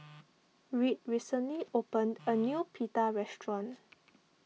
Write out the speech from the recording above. Reed recently opened a new Pita restaurant